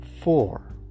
four